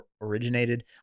originated